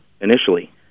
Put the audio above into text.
initially